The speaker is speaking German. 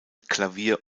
klavier